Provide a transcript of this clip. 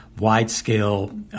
wide-scale